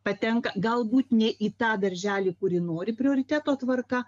patenka galbūt ne į tą darželį kurį nori prioriteto tvarka